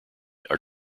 are